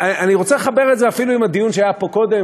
אני רוצה לחבר את זה אפילו לדיון שהיה פה קודם,